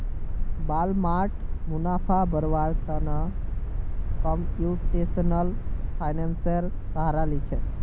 Walmart मुनाफा बढ़व्वार त न कंप्यूटेशनल फाइनेंसेर सहारा ली छेक